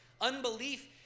unbelief